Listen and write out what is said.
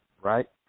right